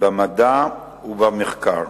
במדע ובמחקר.